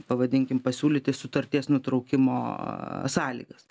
pavadinkim pasiūlyti sutarties nutraukimo sąlygas